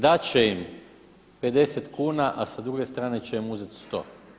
Dati će im 50 kuna a sa druge strane će im uzeti 100.